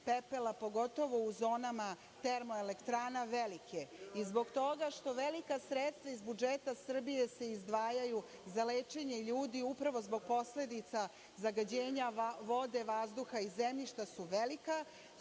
pepela, pogotovo u zonama termoelektrana velike. Zbog toga što velika sredstva iz budžeta Srbije se izdvajaju za lečenje ljudi upravo zbog posledica zagađenja vode, vazduha i zemljišta su velika,